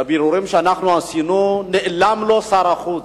בבירורים שאנחנו עשינו, נעלם לו שר החוץ.